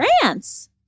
France